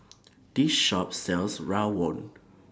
This Shop sells Rawon